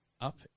up